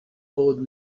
old